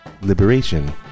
liberation